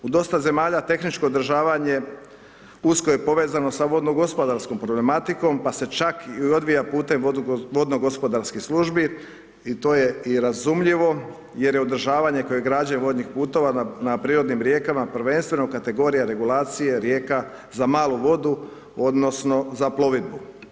U dosta zemalja tehničko održavanje usko je povezano sa vodno-gospodarskom problematikom, pa se čak i odvija putem vodno-gospodarskih službi, i to je i razumljivo jer je održavanje ... vodnih putova na prirodnim rijekama prvenstveno kategorija regulacije rijeka za malu vodu, odnosno za plovidbu.